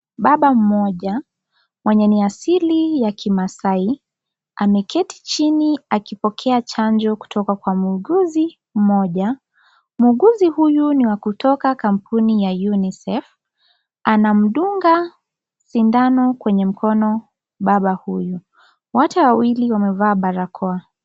Baba mmoja mwenye ni asili ya kimaasai ameketi chini akipokea chanjo kutoka kwa muuguzi mmoja . Muuguzi huyu ni wa kutoka kampuni ya UNICEF , anamdunga sindano kwenye mkono baba huyu , wote wawili wamevaa barakoa.